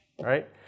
right